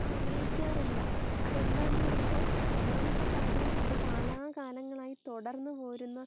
ആഗ്രഹിക്കാറില്ല അതെന്താണെന്ന് ചോദിച്ചാൽ ഒന്നാമത്തെ കാര്യം അത് കാലാകാലങ്ങളായി തുടർന്ന് പോരുന്ന